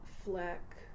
Fleck